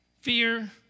Fear